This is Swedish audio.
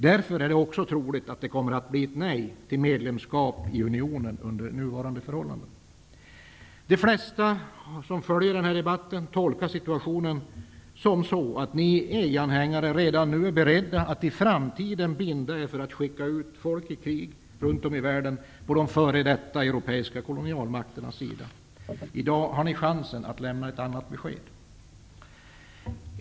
Därför är det också troligt att det kommer att bli ett nej till medlemskap i unionen under nuvarande förhållanden. De flesta som följer den här debatten tolkar situationen så att ni EG-anhängare redan nu är beredda att i framtiden binda er för att skicka folk ut i krig runt om i världen på de f.d. europeiska kolonialmakternas sida. I dag har ni chansen att lämna ett annat besked.